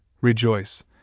Rejoice